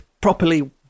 properly